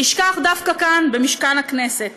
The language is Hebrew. נשכח דווקא כאן במשכן הכנסת.